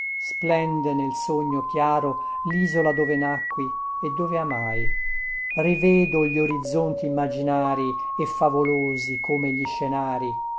splende nel sogno chiaro lisola dove nacqui e dove amai rivedo gli orizzonti immaginari e favolosi come gli scenari